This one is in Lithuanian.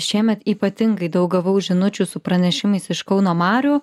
šiemet ypatingai daug gavau žinučių su pranešimais iš kauno marių